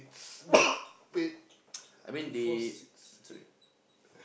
I mean they sorry